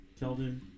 Keldon